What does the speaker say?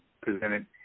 presented